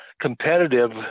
competitive